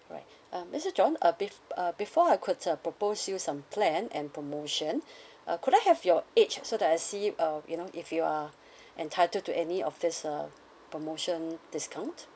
right um mister john uh bef~ uh before I could uh propose you some plan and promotion uh could I have your age so that I see it uh you know if you are entitled to any of this uh promotion discount